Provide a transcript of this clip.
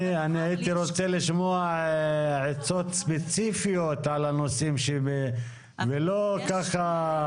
אני הייתי רוצה לשמוע עצות ספציפיות על הנושאים ולא ככה.